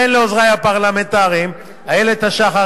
וכן לעוזרי הפרלמנטריים איילת השחר,